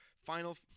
Final